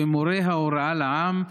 שהם מורי ההוראה לעם,